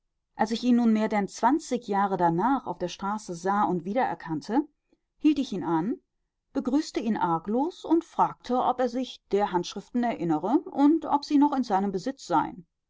als ich ihn nun mehr denn zwanzig jahre danach auf der straße sah und wiedererkannte hielt ich ihn an begrüßte ihn arglos und fragte ob er sich der handschriften erinnere und ob sie noch in seinem besitz seien